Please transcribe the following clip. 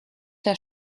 der